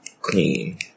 clean